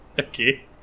Okay